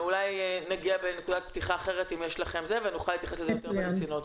אולי נגיע עם נקודת פתיחה אחרת ונוכל להתייחס לזה ברצינות.